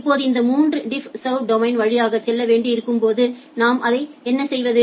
இப்போது இந்த மூன்று டிஃப்ஸர்வ் டொமைன் வழியாக செல்ல வேண்டியிருக்கும் போது நாம் அதை என்ன செய்வது